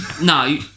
No